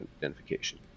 identification